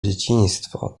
dzieciństwo